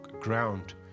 ground